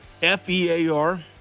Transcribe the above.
F-E-A-R